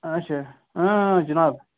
اچھا جِناب